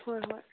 ꯍꯣꯏ ꯍꯣꯏ